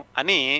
ani